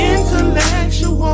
Intellectual